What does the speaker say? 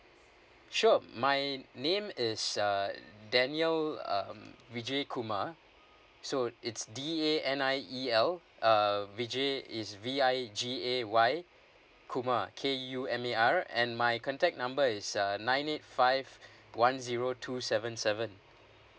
sure my name is uh daniel um vigay kumar so it's D A N I E L uh vigay is V I G A Y kumar K U M A R and my contact number is uh nine eight five one zero two seven seven